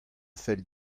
fell